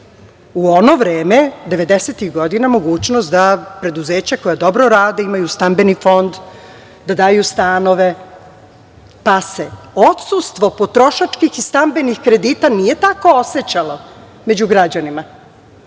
u ono vreme 90-ih godina mogućnost da preduzeća koja dobro rade, imaju stambeni fond, da daju stanove, pa se odsustvo potrošačkih i stambenih kredita nije tako osećalo među građanima.